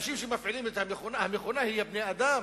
בני-האדם.